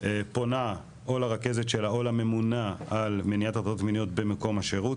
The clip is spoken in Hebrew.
פונה לרכזת שלה או לממונה על מניעת הטרדות מיניות במקום השירות,